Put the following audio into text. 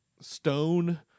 stone